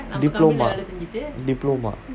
diploma diploma